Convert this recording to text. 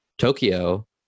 Tokyo